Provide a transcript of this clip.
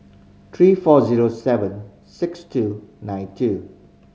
three four zero seven six two nine two